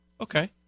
Okay